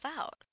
out